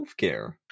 healthcare